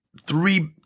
three